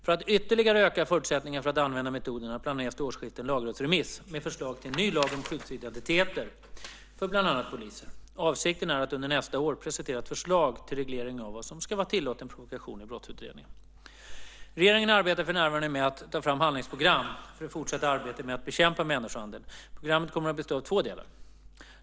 För att ytterligare öka förutsättningarna för att använda metoderna planeras till årsskiftet en lagrådsremiss med förslag till en ny lag om skyddsidentiteter för bland annat poliser. Avsikten är att under nästa år presentera ett förslag till reglering av vad som ska vara tillåten provokation i brottsutredningar. Regeringen arbetar för närvarande med att ta fram handlingsprogram för det fortsatta arbetet med att bekämpa människohandel. Programmet kommer att bestå av två delar.